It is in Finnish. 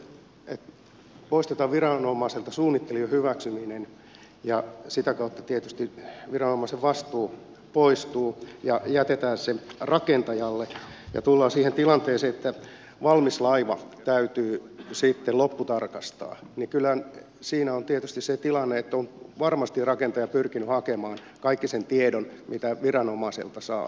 kun poistetaan viranomaiselta suunnittelujen hyväksyminen ja sitä kautta tietysti viranomaisen vastuu poistuu ja jätetään se rakentajalle ja tullaan siihen tilanteeseen että valmis laiva täytyy lopputarkastaa niin kyllä siinä on tietysti se tilanne että on varmasti rakentaja pyrkinyt hakemaan kaiken sen tiedon mitä viranomaiselta saa